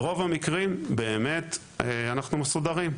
ברוב המקרים באמת אנחנו מסודרים.